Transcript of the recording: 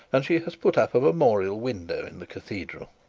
and she has put up a memorial window in the cathedral.